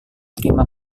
terima